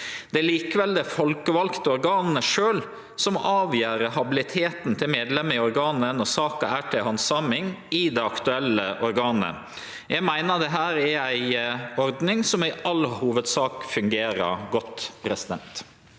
Det er likevel det folkevalte organet sjølv som avgjer habiliteten til medlemer i organet når saka er til handsaming i det aktuelle organet. Eg meiner dette er ei ordning som i all hovudsak fungerer godt. Tobias